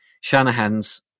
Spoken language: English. Shanahan's